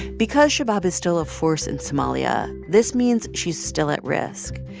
because shabab is still a force in somalia, this means she's still at risk.